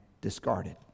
discarded